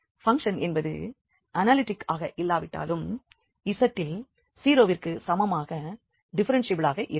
function என்பது analytic ஆக இல்லாவிட்டாலும் z இல் 0 விற்கு சமமாக டிஃப்ஃபெரென்ஷியபிளாக இருக்கும்